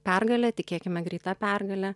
pergale tikėkime greita pergale